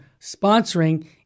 sponsoring